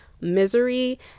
misery